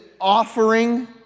offering